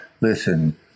listen